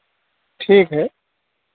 ठीक है